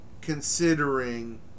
considering